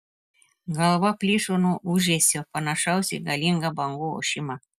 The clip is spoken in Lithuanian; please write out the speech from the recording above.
galva plyšo nuo ūžesio panašaus į galingą bangų ošimą